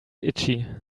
itchy